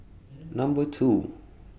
Number two